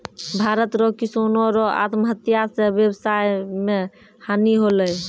भारत रो किसानो रो आत्महत्या से वेवसाय मे हानी होलै